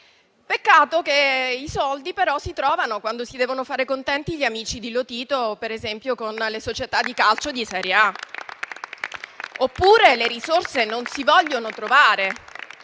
Peccato però che i soldi si trovano, quando si devono fare contenti gli amici di Lotito, per esempio con le società di calcio di serie A. Oppure le risorse non si vogliono trovare: